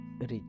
Rich